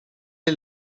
est